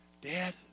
Dad